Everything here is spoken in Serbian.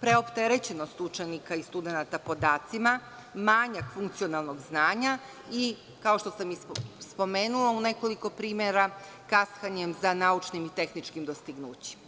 preopterećenost učenika i studenata podacima, manjak funkcionalnog znanja i, kao što sam i spomenula u nekoliko primera, kaskanje za naučnim i tehničkim dostignućima.